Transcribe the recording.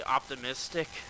optimistic